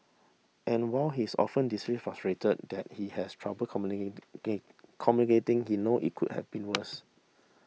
and while he is often frustrated that he has trouble communicating he know it could have been worse